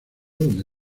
donde